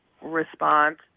response